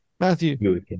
Matthew